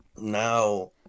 now